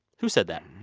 who said that?